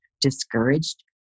discouraged